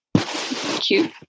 cute